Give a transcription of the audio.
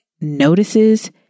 notices